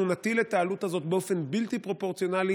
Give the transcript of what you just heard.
אנחנו נטיל את העלות הזו באופן בלתי פרופורציונלי